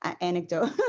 anecdote